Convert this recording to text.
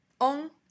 on